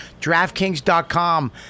DraftKings.com